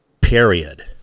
period